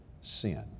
sin